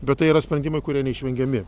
bet tai yra sprendimai kurie neišvengiami